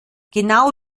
genau